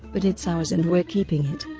but it's ours and we're keeping it.